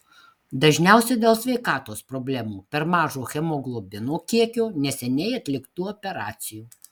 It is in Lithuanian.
dažniausiai dėl sveikatos problemų per mažo hemoglobino kiekio neseniai atliktų operacijų